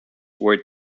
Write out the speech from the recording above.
were